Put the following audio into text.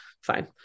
fine